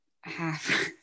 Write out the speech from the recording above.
half